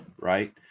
Right